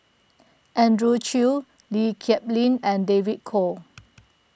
Andrew Chew Lee Kip Lin and David Kwo